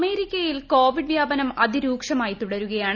അമേരിക്കയിൽ കോവിഡ് വ്യാപനം അതിരൂക്ഷമായി തുടരുകയാണ്